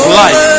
life